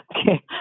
Okay